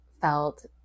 felt